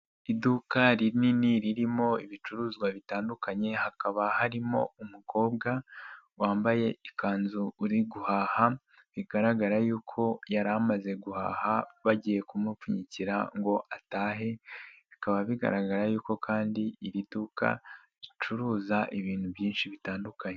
Iduka rinini ririmo ibicuruzwa bitandukanye hakaba harimo umukobwa, wambaye ikanzu uri guhaha, bigaragara yuko yari amaze guhaha bagiye kumupfunyikira ngo atahe, bikaba bigaragara yuko kandi iri duka, ricuruza ibintu byinshi bitandukanye.